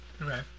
Right